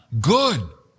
Good